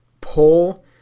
pull